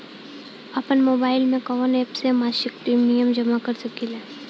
आपनमोबाइल में कवन एप से मासिक प्रिमियम जमा कर सकिले?